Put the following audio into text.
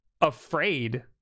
afraid